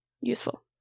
useful